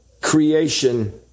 creation